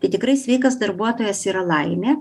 tai tikrai sveikas darbuotojas yra laimė